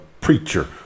preacher